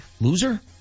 Loser